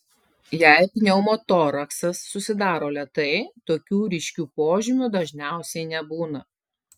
jei pneumotoraksas susidaro lėtai tokių ryškių požymių dažniausiai nebūna